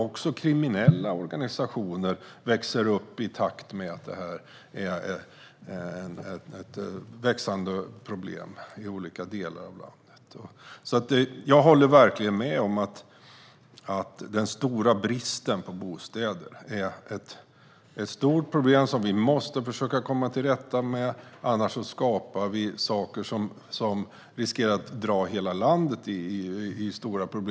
Också kriminella organisationer växer upp i takt med att det här problemet växer i olika delar av landet. Jag håller alltså verkligen med om att den stora bristen på bostäder är ett stort problem som vi måste försöka komma till rätta med, annars skapar vi situationer som riskerar att orsaka stora problem för hela landet.